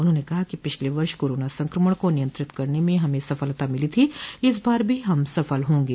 उन्होंने कहा कि पिछले वर्ष कोरोना संक्रमण को नियंत्रित करने में हमें सफलता मिली थी इस बार भी हम सफल होंगे